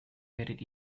werdet